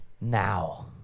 now